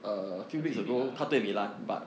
他去